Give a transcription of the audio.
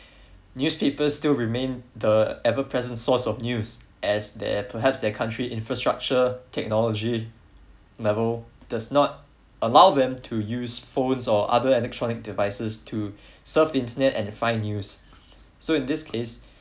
newspapers still remain the ever present source of news as they're perhaps they're country infrastructure technology level does not allow them to use phones or other electronic devices to surf the internet and find news so in this case